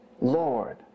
Lord